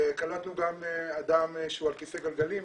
קלטנו גם אדם שהוא על כיסא גלגלים,